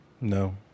No